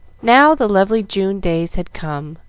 now the lovely june days had come,